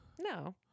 No